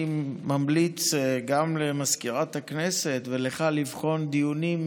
הגבלת מספר העובדים במקום עבודה לשם צמצום התפשטות נגיף הקורונה החדש),